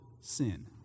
sin